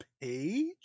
Page